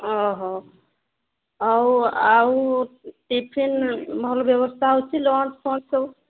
ଓହୋ ହଉ ଆଉ ଟିଫିନ୍ ଭଲ ବ୍ୟବସ୍ଥା ହେଉଛି ଲଞ୍ଚ ଫଞ୍ଚ ସବୁ